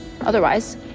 Otherwise